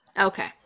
okay